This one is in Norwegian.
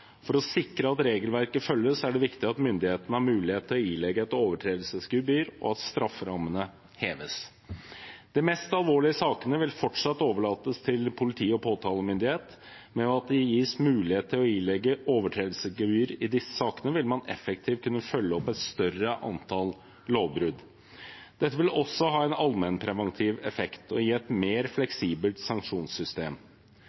For å sikre at regelverket følges, er det viktig at myndighetene har mulighet til å ilegge et overtredelsesgebyr, og at strafferammene heves. De mest alvorlige sakene vil fortsatt overlates til politi og påtalemyndighet, men ved at det gis mulighet til å ilegge overtredelsesgebyr i disse sakene, vil man effektivt kunne følge opp et større antall lovbrudd. Dette vil også ha en allmennpreventiv effekt og gi et mer